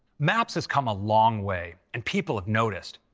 maps has come a long way, and people have noticed.